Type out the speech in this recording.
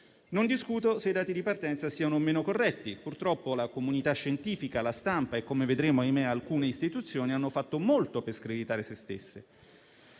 Non discuto se i dati di partenza siano o meno corretti. Purtroppo la comunità scientifica, la stampa e come vedremo, ahimè, alcune istituzioni hanno fatto molto per screditare se stesse,